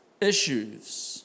issues